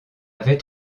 avait